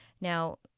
now